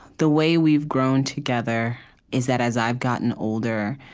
the way we've grown together is that, as i've gotten older,